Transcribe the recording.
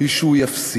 היא שהוא יפסיד.